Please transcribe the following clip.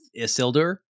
Isildur